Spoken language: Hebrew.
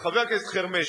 חבר הכנסת חרמש,